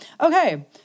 Okay